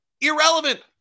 irrelevant